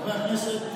חברי הכנסת,